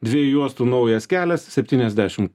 dviejų juostų naujas kelias septyniasdešim